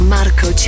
Marco